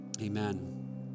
amen